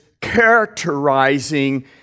characterizing